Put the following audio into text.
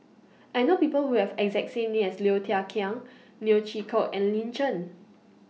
I know People Who Have exact same name as Low Thia Khiang Neo Chwee Kok and Lin Chen